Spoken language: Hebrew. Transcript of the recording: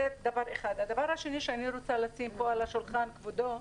דבר שני שאני רוצה לשים פה, על השולחן, כבודו,